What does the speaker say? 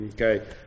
okay